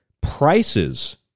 prices